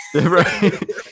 right